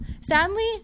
sadly